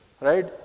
right